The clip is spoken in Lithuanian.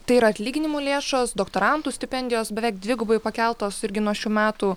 tai yra atlyginimų lėšos doktorantų stipendijos beveik dvigubai pakeltos irgi nuo šių metų